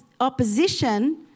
opposition